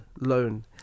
loan